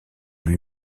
lui